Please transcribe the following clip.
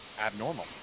abnormal